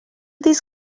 these